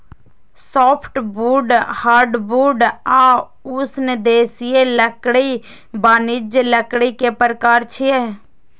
softwood, hardwood आ उष्णदेशीय लकड़ी वाणिज्यिक लकड़ी के प्रकार छियै